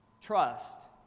trust